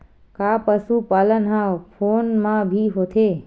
का पशुपालन ह फोन म भी होथे?